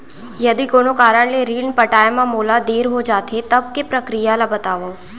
यदि कोनो कारन ले ऋण पटाय मा मोला देर हो जाथे, तब के प्रक्रिया ला बतावव